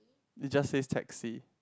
it just says taxi